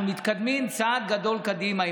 אנחנו מתקדמים צעד גדול קדימה.